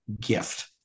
gift